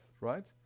right